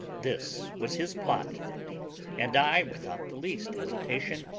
this was his plot and i, without the least hesitation,